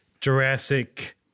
Jurassic